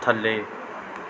ਥੱਲੇ